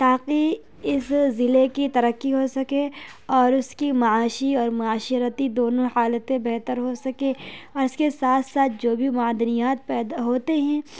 تاکہ اس ضلع کی ترقی ہو سکے اور اس کی معاشی اور معاشرتی دونوں حالتیں بہتر ہو سکے اور اس کے ساتھ ساتھ جو بھی معدنیات پیدا ہوتے ہیں